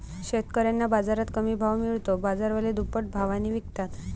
शेतकऱ्यांना बाजारात कमी भाव मिळतो, बाजारवाले दुप्पट भावाने विकतात